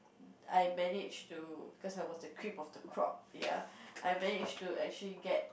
I managed to cause I was the cream of the crop ya I managed to actually get